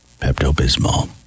Pepto-Bismol